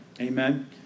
Amen